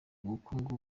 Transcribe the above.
bukungu